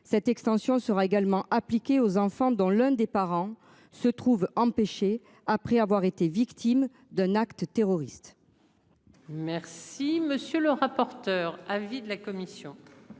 Cette extension sera également appliquée aux enfants dans l'un des parents se trouve empêchée après avoir été victime d'un acte terroriste.